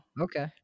Okay